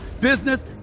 business